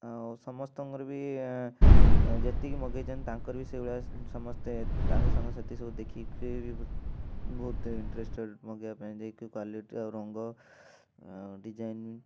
ଆଉ ସମସ୍ତଙ୍କର ବି ଯେତିକି ମଗାଇଛନ୍ତି ତାଙ୍କ ପାଇଁ ବି ସେଇଭଳିଆ ତାଙ୍କ ସାଙ୍ଗସାଥି ସବୁ ଦେଖି ବି ବହୁତ ଇଣ୍ଟରଷ୍ଟେଡ଼୍ ମଗାଇବା ପାଇଁ କ୍ୱାଲିଟି ଆଉ ରଙ୍ଗ ଆଉ ଡିଜାଇନ୍